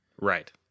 Right